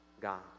God